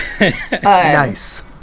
Nice